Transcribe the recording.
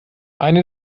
eine